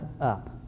up